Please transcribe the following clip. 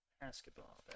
Basketball